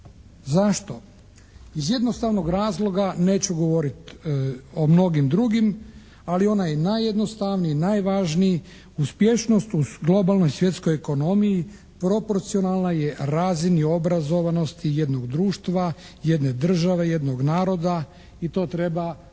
Zašto? Iz jednostavnog razloga neću govoriti o mnogim drugim, ali onaj najjednostavniji, najvažniji, uspješnost u globalnoj svjetskoj ekonomiji proporcionalna je razini obrazovanosti jednog društva, jedne države, jednog naroda i to treba